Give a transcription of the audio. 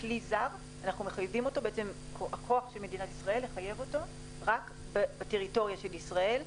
כלי זר הכוח של מדינת ישראל לחייב אותו הוא רק בטריטוריה של ישראל.